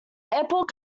airport